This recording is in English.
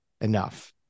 enough